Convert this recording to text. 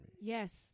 Yes